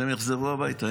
שהם יחזרו הביתה.